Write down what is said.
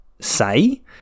say